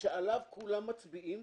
שעליו כולם מצביעים?